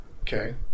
okay